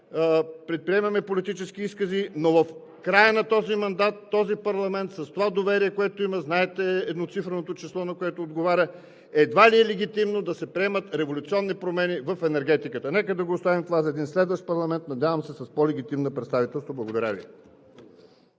предприемаме политически изкази, но в края на този мандат, този парламент с доверието, което има – знаете едноцифреното число, на което отговаря – едва ли е легитимно да се приемат революционни промени в енергетиката. Нека да оставим това за един следващ парламент, надявам се с по-легитимно представителство. Благодаря Ви.